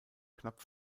knapp